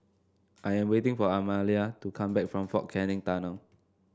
I am waiting for Amalia to come back from Fort Canning Tunnel